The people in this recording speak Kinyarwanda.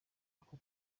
ako